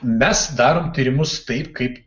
mes darom tyrimus taip kaip